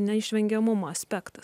neišvengiamumo aspektas